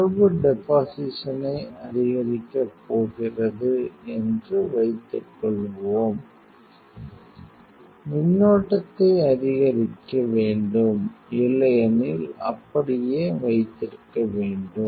தரவு டெபாசிஷனை அதிகரிக்கப் போகிறது என்று வைத்துக்கொள்வோம் மின்னோட்டத்தை அதிகரிக்க வேண்டும் இல்லையெனில் அப்படியே வைத்திருக்க வேண்டும்